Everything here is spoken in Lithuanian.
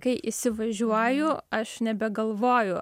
kai įsivažiuoju aš nebegalvoju